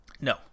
No